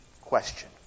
question